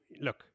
Look